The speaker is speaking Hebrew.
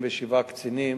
למישהו אחר.